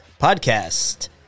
podcast